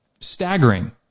staggering